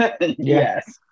yes